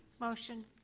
motion